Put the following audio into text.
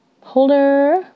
holder